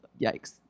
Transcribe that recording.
yikes